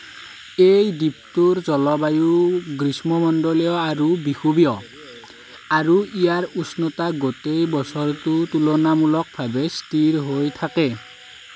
এই দ্বীপটোৰ জলবায়ু গ্ৰীষ্ম মণ্ডলীয় আৰু বিষুৱীয় আৰু ইয়াৰ উষ্ণতা গোটেই বছৰটো তুলনামূলকভাৱে স্থিৰ হৈ থাকে